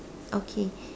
okay